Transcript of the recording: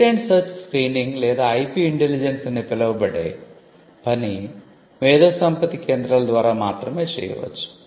patent search screening లేదా IP intelligence అని పిలవబడే పని మేధోసంపత్తి కేంద్రాలు ద్వారా మాత్రమే చేయవచ్చు